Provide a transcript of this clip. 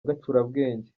gacurabwenge